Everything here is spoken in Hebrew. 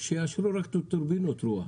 שיאשרו רק את הטורבינות רוח.